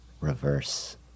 reverse